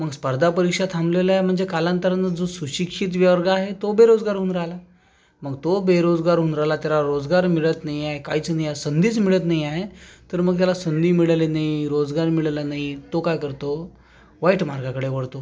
मग स्पर्धापरीक्षा थांबलेल्या म्हणजे कालांतरानं जो सुशिक्षित वर्ग आहे तो बेरोजगार होऊन राहिला मग तो बेरोजगार होऊन राहिला त्याला रोजगार मिळत नाही आहे काहीच नाही आहे संधीच मिळत नाही आहे तर मग त्याला संधी मिळाली नाही रोजगार मिळाला नाही तो काय करतो वाईट मार्गाकडे वळतो